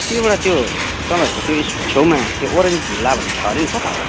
केबाट त्यो तपाईँहरूको त्यो उस छेउमा त्यो ओरेन्ज भिल्ला भन्ने छ अरे नि कता हो त्यो